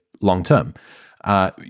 long-term